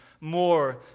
more